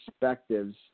perspectives